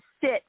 sit